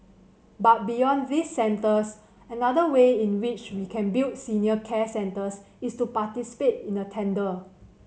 but beyond these centres another way in which we can build senior care centres is to participate in a tender